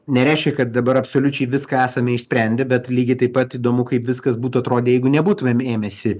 nereiškia kad dabar absoliučiai viską esame išsprendę bet lygiai taip pat įdomu kaip viskas būtų atrodę jeigu nebūtumėm ėmęsi